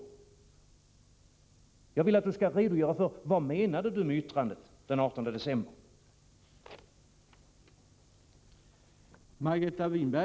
Jag vill att Gertrud Sigurdsen skall redogöra för vad hon menade med yttrandet den 18 december.